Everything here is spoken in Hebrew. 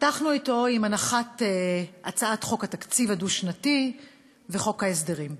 פתחנו אותו עם הנחת הצעת חוק התקציב הדו-שנתי וחוק ההסדרים.